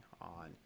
on